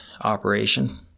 operation